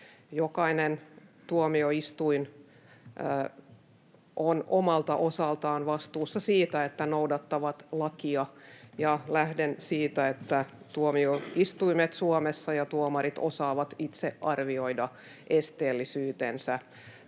Jokainen tuomioistuin on omalta osaltaan vastuussa siitä, että noudattaa lakia. Ja lähden siitä, että tuomioistuimet Suomessa ja tuomarit osaavat itse arvioida esteellisyytensä.